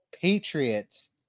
Patriots